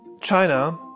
China